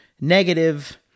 negative